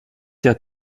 der